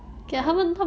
like